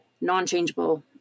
non-changeable